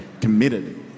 Committed